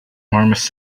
marmoset